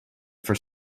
for